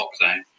lockdown